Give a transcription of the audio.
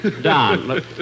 Don